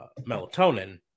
melatonin